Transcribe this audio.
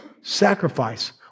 Sacrifice